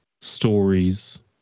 stories